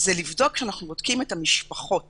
לבדוק שאנחנו בודקים את המשפחות